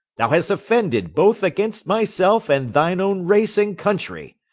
thou hast offended both against myself and thine own race and country.